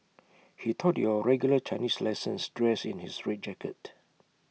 he taught your regular Chinese lessons dressed in his red jacket